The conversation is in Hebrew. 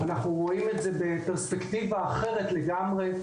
אנחנו רואים את זה בפרספקטיבה אחרת לגמרת.